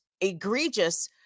egregious